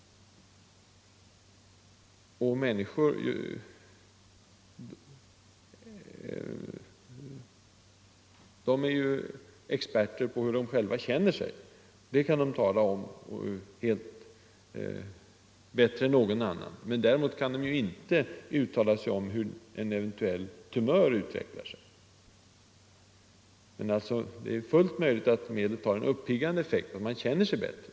Människor är ju experter på hur de själva känner sig. Det kan de tala om bättre än någon annan. Däremot kan de inte uttala sig om hur en eventuell tumör utvecklar sig. Men om medlet har en uppiggande effekt anser sig patienten ha blivit bättre.